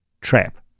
trap